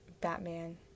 Batman